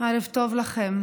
ערב טוב לכם.